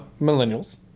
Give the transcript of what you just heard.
Millennials